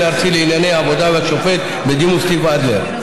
הארצי לענייני עבודה והשופט בדימוס סטיב אדלר.